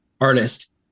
artist